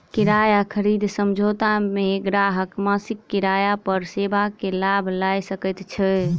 किराया खरीद समझौता मे ग्राहक मासिक किराया पर सेवा के लाभ लय सकैत छै